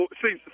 see